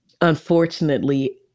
unfortunately